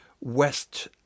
West